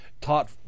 taught